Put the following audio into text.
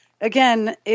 Again